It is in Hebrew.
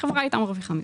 החברה הייתה מרוויחה.